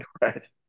right